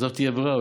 אז לא תהיה ברירה,